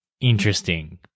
interesting